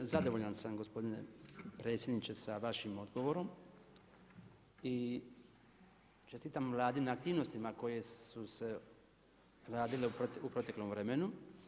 Zadovoljan sam gospodine predsjedniče sa vašim odgovorom i čestitam Vladi na aktivnostima koje su se radile u proteklom vremenu.